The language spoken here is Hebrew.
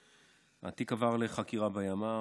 והתיק עבר לחקירה בימ"ר.